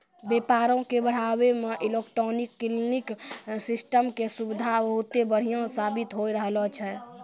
व्यापारो के बढ़ाबै मे इलेक्ट्रॉनिक क्लियरिंग सिस्टम के सुविधा बहुते बढ़िया साबित होय रहलो छै